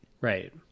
Right